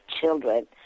children